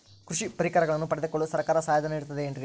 ಕೃಷಿ ಪರಿಕರಗಳನ್ನು ಪಡೆದುಕೊಳ್ಳಲು ಸರ್ಕಾರ ಸಹಾಯಧನ ನೇಡುತ್ತದೆ ಏನ್ರಿ?